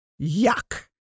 yuck